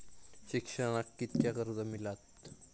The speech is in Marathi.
शिक्षणाक कीतक्या कर्ज मिलात?